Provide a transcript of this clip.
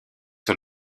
sur